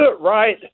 right